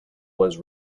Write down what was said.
was